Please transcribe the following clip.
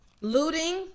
looting